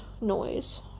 noise